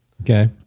Okay